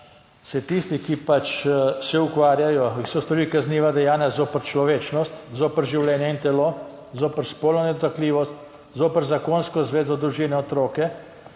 se tisti, ki pač se ukvarjajo, ki so storili kazniva dejanja zoper človečnost, zoper življenje in telo, zoper spolno nedotakljivost, zoper zakonsko zvezo, družine, otroke